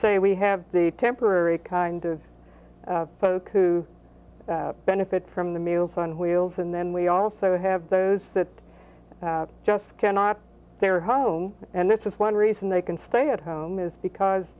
say we have the temporary kind of folks who benefit from the meals on wheels and then we also have those that just cannot their home and this is one reason they can stay at home is because